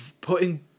Putting